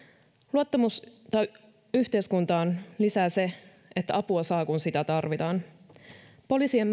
luottamusta yhteiskuntaan lisää se että apua saa kun sitä tarvitaan poliisien